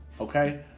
Okay